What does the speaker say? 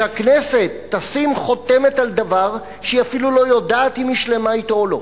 שהכנסת תשים חותמת על דבר שהיא אפילו לא יודעת אם היא שלמה אתו או לא.